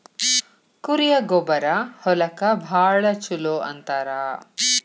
ಕುರಿಯ ಗೊಬ್ಬರಾ ಹೊಲಕ್ಕ ಭಾಳ ಚುಲೊ ಅಂತಾರ